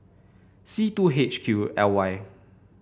C two H Q L Y